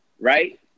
right